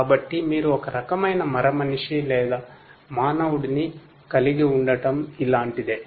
కాబట్టి మీరు ఒక రకమైన మరమనిషి లేదా మానవుడిని కలిగి ఉండటం ఇలాంటిదే